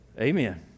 Amen